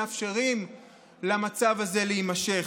מאפשרים למצב הזה להימשך.